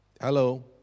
Hello